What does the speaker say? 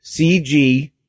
CG